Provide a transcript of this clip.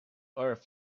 earth